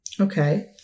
Okay